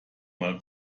mal